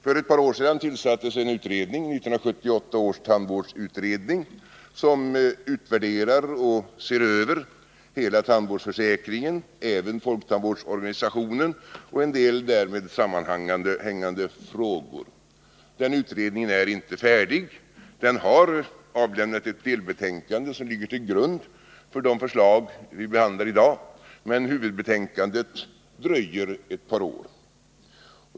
För ett par år sedan tillsattes en utredning, 1978 års tandvårdsutredning, som utvärderar och ser över hela tandvårdsförsäkringen, även folktandvårdsorganisationen och en del därmed sammanhängande frågor. Den utredningen är inte färdig med sitt arbete. Den har avlämnat ett delbetänkande, som ligger till grund för det förslag som vi behandlar i dag, men huvudbetänkandet dröjer ett par år.